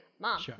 Mom